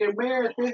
America